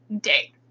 day